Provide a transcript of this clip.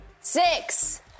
Six